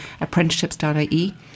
apprenticeships.ie